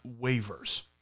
waivers